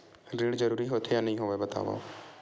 ऋण जरूरी होथे या नहीं होवाए बतावव?